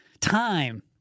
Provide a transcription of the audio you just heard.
time